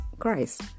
christ